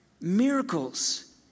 Miracles